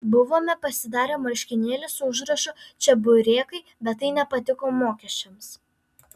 buvome pasidarę marškinėlius su užrašu čeburekai bet tai nepatiko mokesčiams